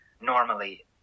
normally